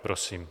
Prosím.